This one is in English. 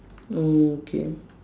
oh okay